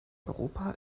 europa